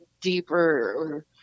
deeper